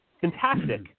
Fantastic